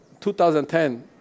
2010